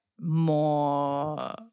more